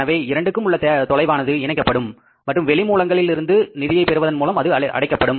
எனவே இரண்டுக்கும் உள்ள தொலைவானது இணைக்கப்படும் மற்றும் வெளி மூலங்களில் இருந்து நிதியை பெறுவதன் மூலம் அது அடைக்கப்படும்